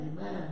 Amen